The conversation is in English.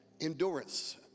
endurance